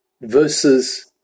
versus